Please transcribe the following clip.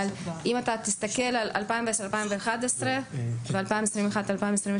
אבל אם תסתכל על 2011-2010 ועל 2022-2021